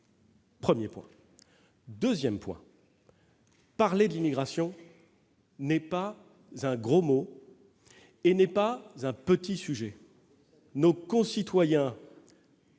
premier point. Deuxième point : parler de l'immigration n'est pas un gros mot et n'est pas un petit sujet. Nos concitoyens